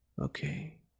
Okay